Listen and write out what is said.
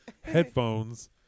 headphones